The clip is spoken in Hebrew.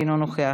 אינו נוכח,